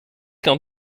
qu’en